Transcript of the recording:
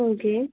okay